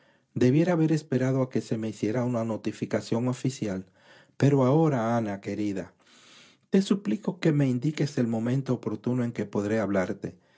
debiera haber esperado a que se me hiciera una notificación oficial pero ahora ana querida te suplico que me indiques el momento oportuno en que podré hablarte